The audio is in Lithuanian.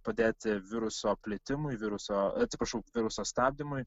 padėti viruso plitimui viruso atsiprašau viruso stabdymui